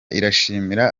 irashimira